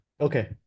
Okay